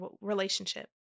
relationship